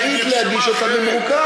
היא רשאית להגיש את זה במרוכז.